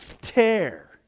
tear